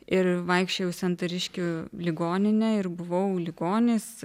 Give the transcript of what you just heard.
ir vaikščiojau į santariškių ligoninę ir buvau ligonis